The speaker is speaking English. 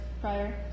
prior